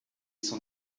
son